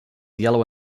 yellow